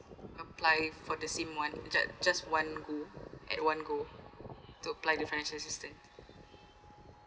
apply for the same one just just one go at one go to apply the financial assistance